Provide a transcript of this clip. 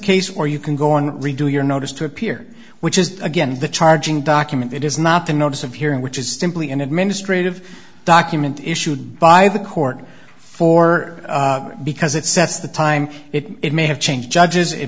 case or you can go on redo your notice to appear which is again the charging document it is not the notice of hearing which is simply an administrative document issued by the court for because it sets the time it may have changed judges it